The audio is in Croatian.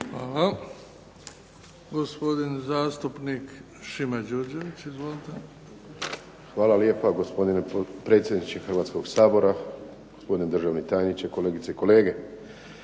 Hvala. Gospodin zastupnik Šime Đurđević. Izvolite. **Đurđević, Šimo (HDZ)** Hvala lijepa. Gospodine predsjedniče Hrvatskoga sabora, gospodine državni tajniče, kolegice i kolege.